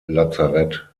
lazarett